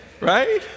right